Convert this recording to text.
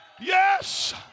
Yes